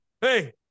hey